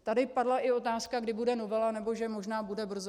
Tady padla i otázka, kdy bude novela, nebo že možná bude brzo.